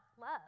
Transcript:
love